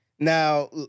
Now